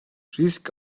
risk